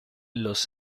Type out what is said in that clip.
los